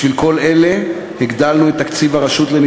בשביל כל אלה הגדלנו את תקציב הרשות לזכויות